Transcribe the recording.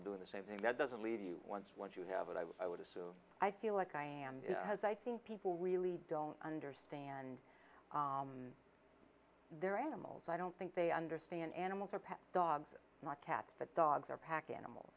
and doing the same thing that doesn't leave you once once you have it i would assume i feel like i am has i think people really don't understand their animals i don't think they understand animals or pet dogs not cats but dogs are pack animals